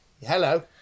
Hello